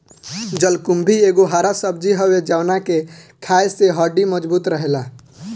जलकुम्भी एगो हरा सब्जी हवे जवना के खाए से हड्डी मबजूत रहेला